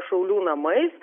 šaulių namai